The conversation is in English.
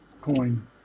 coin